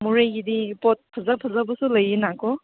ꯃꯣꯔꯦꯒꯤꯗꯤ ꯄꯣꯠ ꯐꯖ ꯐꯖꯕꯁꯨ ꯂꯩꯌꯦꯅꯀꯣ